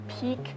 Peak